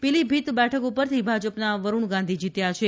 પીલીભીત બેઠક ઉપરથી ભાજપના વરૂણ ગાંધી જીત્યા છે